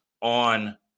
on